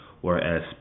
Whereas